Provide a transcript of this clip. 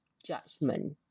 judgment